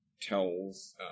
tells